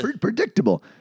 Predictable